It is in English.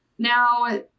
Now